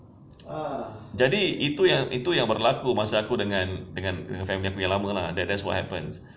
jadi itu yang itu yang berlaku masa aku dengan dengan family aku yang lama lah that's what happens